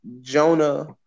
Jonah